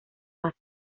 paz